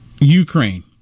Ukraine